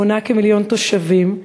המונה כמיליון תושבים,